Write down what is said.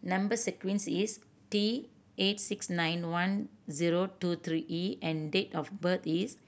number sequence is T eight six nine one zero two three E and date of birth is